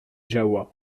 jahoua